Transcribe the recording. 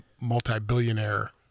multi-billionaire